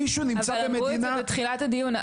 אמרו את זה בתחילת הדיון.